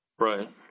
Right